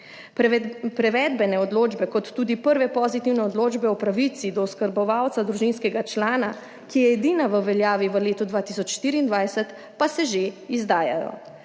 Prevedbene odločbe kot tudi prve pozitivne odločbe o pravici do oskrbovalca družinskega člana, ki je edina v veljavi v letu 2024, pa se že izdajajo,